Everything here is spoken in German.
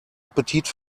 appetit